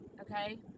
Okay